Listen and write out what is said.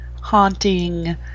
haunting